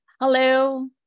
Hello